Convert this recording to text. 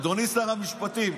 אדוני שר המשפטים,